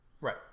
Right